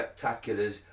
spectaculars